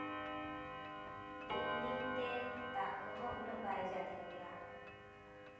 ᱫᱤᱱ ᱫᱤᱱᱛᱮ ᱫᱟᱜ ᱠᱚᱦᱚᱸ ᱩᱱᱟᱹᱜ ᱵᱟᱭ ᱡᱟᱹᱲᱤ ᱜᱮᱭᱟ